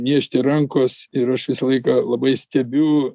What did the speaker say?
niežti rankos ir aš visą laiką labai stebiu